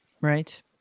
Right